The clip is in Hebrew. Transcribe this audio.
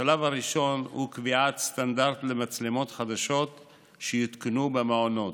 השלב הראשון הוא קביעת סטנדרט למצלמות חדשות שיותקנו במעונות,